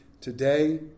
today